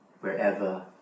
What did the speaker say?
wherever